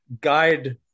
guide